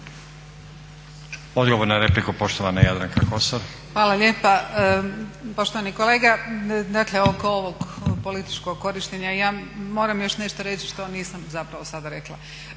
Odgovor na repliku, poštovana Jadranka Kosor. **Kosor, Jadranka (Nezavisni)** Hvala lijepa. Poštovani kolega, dakle oko ovog političkog korištenja ja moram još nešto reći što nisam zapravo sada rekla.